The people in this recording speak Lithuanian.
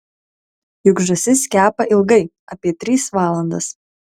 juk žąsis kepa ilgai apie tris valandas